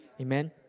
Amen